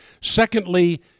Secondly